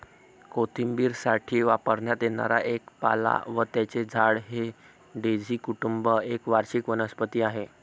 कोशिंबिरीसाठी वापरण्यात येणारा एक पाला व त्याचे झाड हे डेझी कुटुंब एक वार्षिक वनस्पती आहे